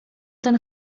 ten